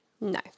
No